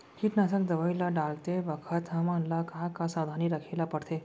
कीटनाशक दवई ल डालते बखत हमन ल का का सावधानी रखें ल पड़थे?